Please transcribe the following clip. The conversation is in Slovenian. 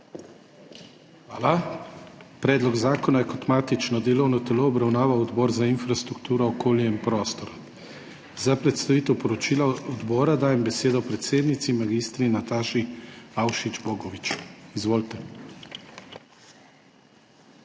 Hvala. Predlog zakona je kot matično delovno telo obravnaval Odbor za infrastrukturo, okolje in prostor. Za predstavitev poročila odbora dajem besedo predsednici mag. Nataši Avšič Bogovič. Izvolite.